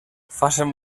facen